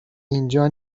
اینجا